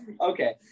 Okay